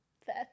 Fair